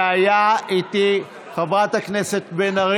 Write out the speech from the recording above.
שהיה איתי, אבל למה,